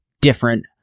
different